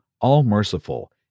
all-merciful